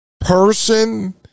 person